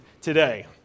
today